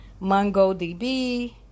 MongoDB